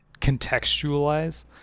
contextualize